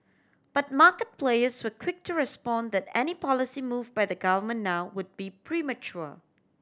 but market players were quick to respond that any policy move by the government now would be premature